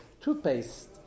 Toothpaste